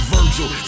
Virgil